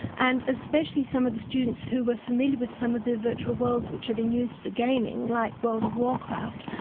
and especially some of the students who were familiar with some of their virtual worlds which have been used for gaming, like world of warcraft,